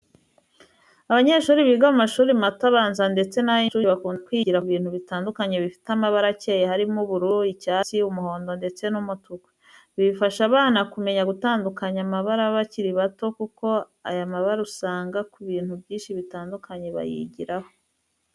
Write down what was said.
Abanyeshuri biga mu mashuri mato abanza ndetse nay'incuke, bakunda kwigira ku bintu bitandukanye bifite amabara akeye harimo ubururu, icyatsi, umuhondo, ndetse n'umutuku. Ibi bifasha abana kumenya gutandukanya amabara bakiri bato, kuko ayo mabara usanga ku bintu byinshi bitandukanye biyagiraho.